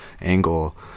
angle